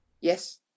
Yes